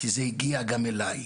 כי זה הגיע גם אליי.